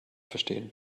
verstehen